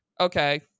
okay